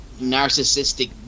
narcissistic